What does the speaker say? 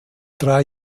drei